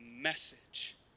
message